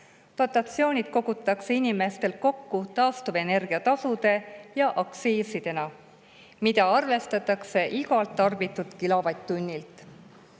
Dotatsioonid kogutakse inimestelt kokku taastuvenergia tasude ja aktsiisidena, mida arvestatakse igalt tarbitud kilovatt-tunnilt.